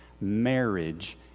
Marriage